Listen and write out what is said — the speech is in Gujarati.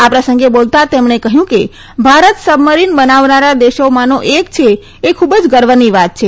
આ પ્રસંગે બોલતા તેમણે કહ્યું કે ભારત સબમરીન બનાવનારા દેશોમાંનો એક દેશ છે એ ખૂબ જ ગર્વની વાત છે